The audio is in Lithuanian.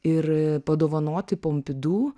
ir padovanoti pompidu